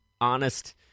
honest